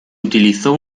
utilizó